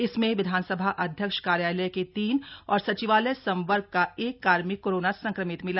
इसमें विधानसभा अध्यक्ष कार्यालय के तीन और सचिवालय संवर्ग का एक कार्मिक कोरोना संक्रमित मिला